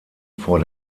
vor